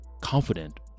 confident